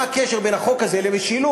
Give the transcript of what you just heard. מה הקשר בין החוק הזה למשילות?